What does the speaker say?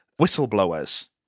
whistleblowers